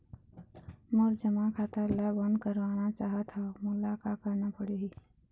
मोर जमा खाता ला बंद करवाना चाहत हव मोला का करना पड़ही?